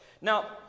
Now